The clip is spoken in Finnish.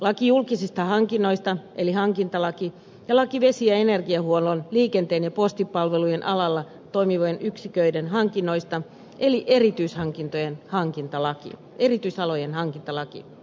laki julkisista hankinnoista eli hankintalaki ja laki vesi ja energiahuollon liikenteen ja postipalvelujen alalla toimivien yksiköiden hankinnoista eli erityisalojen hankintalaki